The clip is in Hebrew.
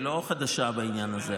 היא לא חדשה בעניין הזה,